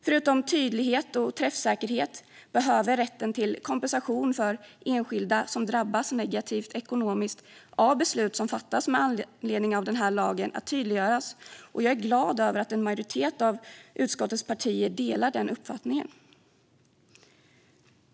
Förutom tydlighet och träffsäkerhet behöver rätten till kompensation för enskilda som drabbas negativt ekonomiskt av beslut som fattas med anledning av denna lag tydliggöras. Jag är glad över att en majoritet av utskottets partier delar den uppfattningen.